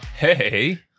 Hey